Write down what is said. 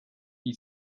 qui